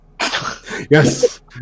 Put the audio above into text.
Yes